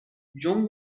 john